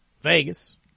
Vegas